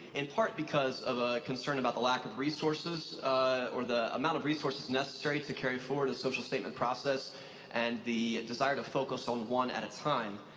in part because of a concern about the lack of resources or the amount of resources necessary to carry forward a social statement process and the desire to focus on one at a time.